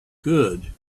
good